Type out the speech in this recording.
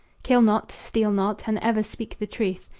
kill not, steal not, and ever speak the truth.